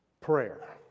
Prayer